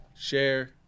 Share